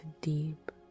deep